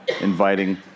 inviting